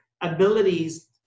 abilities